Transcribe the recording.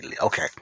Okay